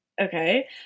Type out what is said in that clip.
okay